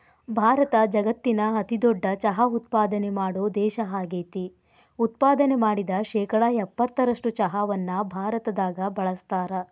ಭಾರತ ಜಗತ್ತಿನ ಅತಿದೊಡ್ಡ ಚಹಾ ಉತ್ಪಾದನೆ ಮಾಡೋ ದೇಶ ಆಗೇತಿ, ಉತ್ಪಾದನೆ ಮಾಡಿದ ಶೇಕಡಾ ಎಪ್ಪತ್ತರಷ್ಟು ಚಹಾವನ್ನ ಭಾರತದಾಗ ಬಳಸ್ತಾರ